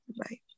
bye